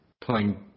playing